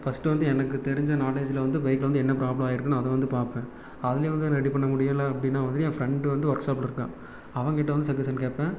first வந்து எனக்கு தெரிஞ்ச நாலேஜ்ல வந்து பைக்ல வந்து என்ன ப்ராப்லம் ஆயிருக்குன்னு அதை வந்து பார்ப்பேன் அதிலையும் வந்து ரெடி பண்ண முடியலை அப்படின்னா வந்துட்டு என் ஃபிரெண்ட் வந்து ஒர்க் ஷாப்ல இருக்கான் அவன்கிட்ட வந்து சஜ்ஜஷன் கேட்பேன்